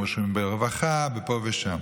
הם רשומים ברווחה ופה ושם.